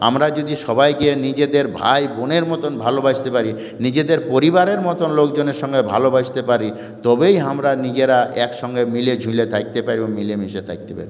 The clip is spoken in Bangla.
আমরা যদি সবাইকে নিজেদের ভাই বোনের মতন ভালোবাসতে পারি নিজেদের পরিবারের মতন লোকজনের সঙ্গে ভালোবাসতে পারি তবেই আমরা নিজেরা একসঙ্গে মিলেঝুলে থাকতে পারব মিলেমিশে থাকতে পারব